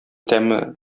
тәме